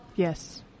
Yes